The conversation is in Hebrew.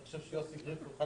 אני חושב שיוסי גריף הוא אחד